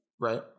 right